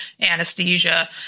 anesthesia